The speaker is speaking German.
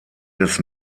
des